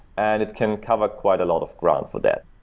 and it can cover quite a lot of ground for that.